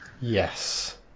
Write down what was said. Yes